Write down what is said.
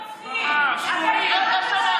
עכשיו,